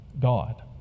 God